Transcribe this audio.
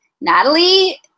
Natalie